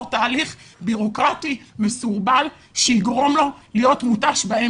תהליך בירוקרטי מסורבל שיגרום לו באמצע להיות מותש.